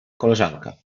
koleżanka